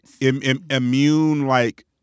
immune-like